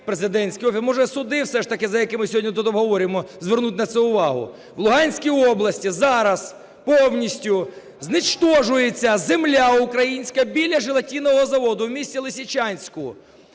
президентський офіс, може, суди все ж таки, які ми сьогодні тут обговорюємо, звернуть на це увагу? В Луганській області зараз повністю знищується земля українська біля желатинового заводу в місті Лисичанську.